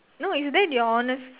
no is that your honest